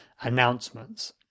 announcements